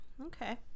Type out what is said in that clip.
okay